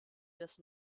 des